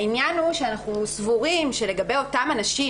העניין הוא שאנחנו סבורים שלגבי אותם אנשים,